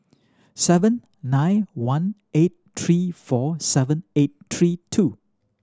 seven nine one eight three four seven eight three two